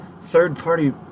third-party